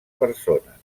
persones